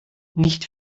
nicht